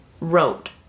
wrote